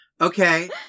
Okay